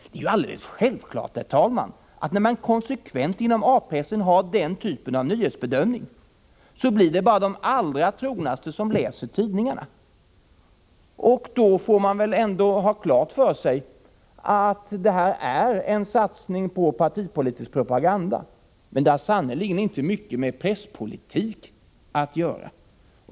Det är alldeles självklart, herr talman, att det bara blir de allra trognaste som läser tidningarna när man inom A-pressen konsekvent gör denna typ av nyhetsbedömning. Man får ha klart för sig att det är en satsning på partipolitisk propaganda, men det har sannerligen inte mycket med presspolitik att göra.